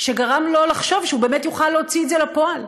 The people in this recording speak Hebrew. שגרם לו לחשוב שהוא באמת יוכל להוציא את זה לפועל.